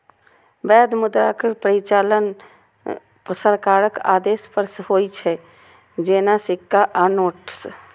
वैध मुद्राक परिचालन सरकारक आदेश पर होइ छै, जेना सिक्का आ नोट्स